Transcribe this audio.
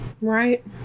right